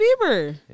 Bieber